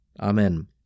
Amen